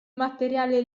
materiale